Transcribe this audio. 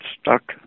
stuck